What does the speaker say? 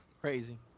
Crazy